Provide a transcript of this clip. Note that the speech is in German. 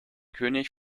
könig